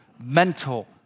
mental